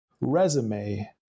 resume